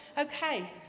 Okay